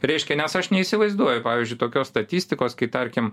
reiškia nes aš neįsivaizduoju pavyzdžiui tokios statistikos kai tarkim